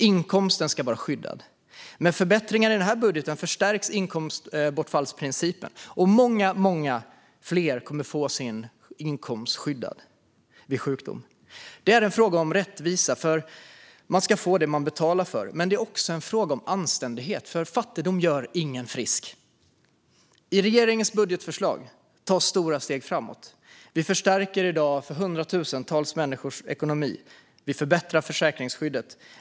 Inkomsten ska vara skyddad. Med förbättringarna i den här budgeten förstärks inkomstbortfallsprincipen, och många fler kommer att få sin inkomst skyddad vid sjukdom. Det är en fråga om rättvisa. Man ska få det man betalar för. Men det är också en fråga om anständighet. Fattigdom gör ingen frisk. I regeringens budgetförslag tas stora steg framåt. Vi förstärker i dag hundratusentals människors ekonomi. Vi förbättrar försäkringsskyddet.